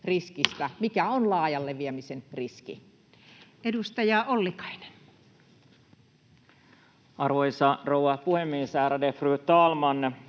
Mikä on laajan leviämisen riski? Edustaja Ollikainen. Arvoisa rouva puhemies, ärade fru talman!